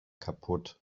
kaputt